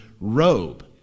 robe